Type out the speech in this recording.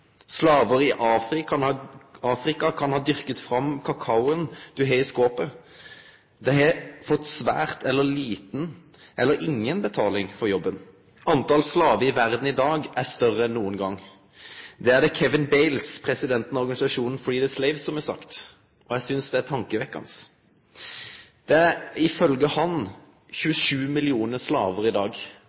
Slavar i Afrika kan ha dyrka fram kakaoen du har i skåpet. Dei har fått svært lita eller inga betaling for jobben. Talet på slavar i verda i dag er større enn nokon gong. Dette er det Kevin Bales, presidenten i organisasjonen Free the Slaves, som har sagt. Eg synest det er tankevekkjande. Ifølgje Bales er det 27 millionar slavar i dag.